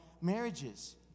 marriages